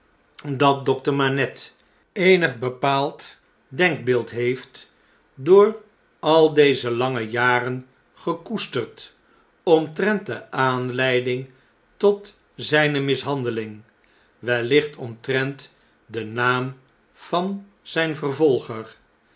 dat dokter manette eenig bepaald denkbeeld heeft door aldezelange jaren gekoesterd omtrent de aanleiding tot zijne mishandeling wellicht omtrent den naam van zijn vervolger